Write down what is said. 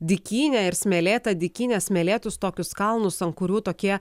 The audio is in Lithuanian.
dykynę ir smėlėtą dykynę smėlėtus tokius kalnus ant kurių tokie